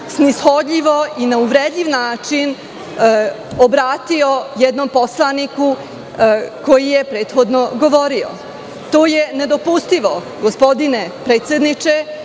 snishodljivo i na uvredljiv način obratio jednom narodnom poslaniku koji je prethodno govorio. To je nedopustivo, gospodine predsedniče.